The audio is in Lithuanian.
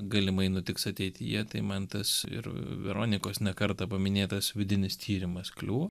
galimai nutiks ateityje tai man tas ir veronikos ne kartą minėtas vidinis tyrimas kliuvo